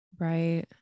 right